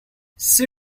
see